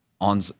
on